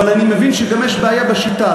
אבל אני מבין שגם יש בעיה בשיטה.